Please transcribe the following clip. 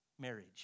marriage